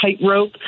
tightrope